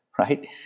right